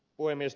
puhemies